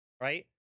Right